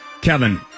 Kevin